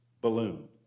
balloon